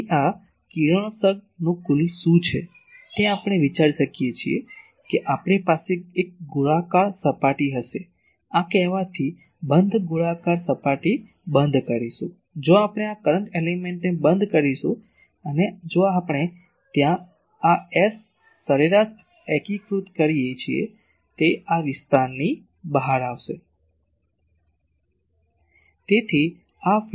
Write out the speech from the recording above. તેથી આ કિરણોત્સર્ગનું કુલ શું છે તે આપણે વિચારી શકીએ છીએ કે આપણી પાસે એક ગોળાકાર સપાટી હશે આ કહેવાથી બંધ ગોળાકાર સપાટી બંધ કરીશું જો આપણે આ કરંટ એલીમેન્ટને બંધ કરીશું અને જો આપણે ત્યાં આ એસ સરેરાશ એકીકૃત કરીએ છીએ તે આ વિસ્તારની બહાર આવશે